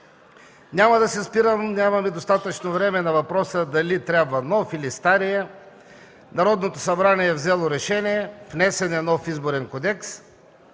Няма да се спирам – нямаме достатъчно време, на въпроса дали трябва нов или стар. Народното събрание е взело решение, внесен е нов Изборен кодекс,